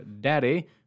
daddy